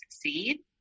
succeed